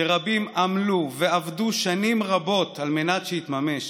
שרבים עמלו ועבדו שנים רבות על מנת שיתממש,